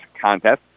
contest